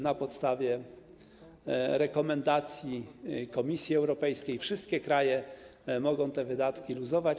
Na podstawie rekomendacji Komisji Europejskiej wszystkie kraje mogą te wydatki poluzować.